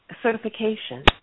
certification